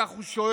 כך הוא שואל.